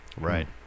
right